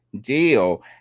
deal